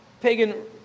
pagan